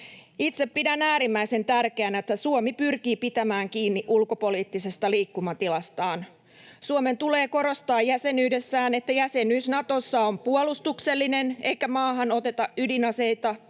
Itse pidän äärimmäisen tärkeänä, että Suomi pyrkii pitämään kiinni ulkopoliittisesta liikkumatilastaan. Suomen tulee korostaa jäsenyydessään, että jäsenyys Natossa on puolustuksellinen eikä maahan oteta ydinaseita,